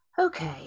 Okay